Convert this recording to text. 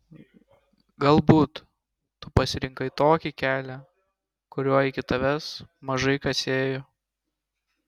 galbūt tu pasirinkai tokį kelią kuriuo iki tavęs mažai kas ėjo